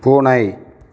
பூனை